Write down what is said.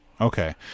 Okay